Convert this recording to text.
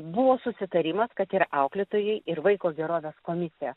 buvo susitarimas kad ir auklėtojai ir vaiko gerovės komisija